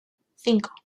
cinco